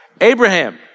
Abraham